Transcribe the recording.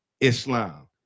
Islam